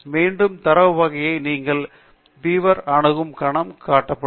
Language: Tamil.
மீண்டும் தரவு வகையை நீங்கள் பீவர்1 அணுகும் கணம் காட்டப்படும்